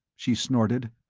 she snorted.